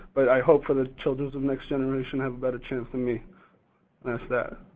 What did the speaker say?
but i hope for the childrens of next generation have a better chance than me. and that's that.